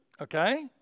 okay